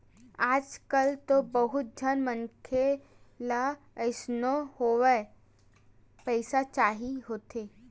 आजकल तो बहुत झन मनखे ल कइसनो होवय पइसा चाही होथे